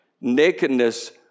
Nakedness